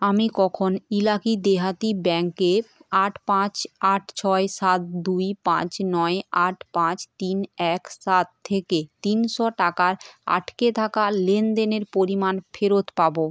আমি কখন ইলাকি দেহাতি ব্যাঙ্কের আট পাঁচ আট ছয় সাত দুই পাঁচ নয় আট পাঁচ তিন এক সাত থেকে তিনশো টাকার আটকে থাকা লেনদেনের পরিমাণ ফেরত পাবো